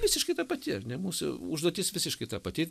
visiškai ta pati ar ne mūsų užduotis visiškai ta pati